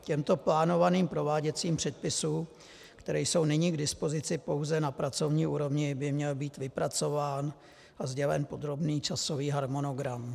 Těmto plánovaným prováděcím předpisům, které jsou nyní k dispozici pouze na pracovní úrovni, by měl být vypracován a sdělen podrobný časový harmonogram.